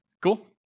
Cool